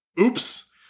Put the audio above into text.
oops